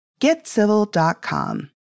Getcivil.com